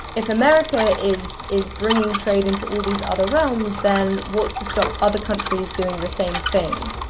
if america is is bringing trade into all these other realms, then what's to stop other countries doing the same thing?